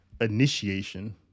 initiation